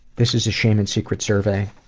this is a shame and secrets survey,